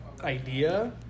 idea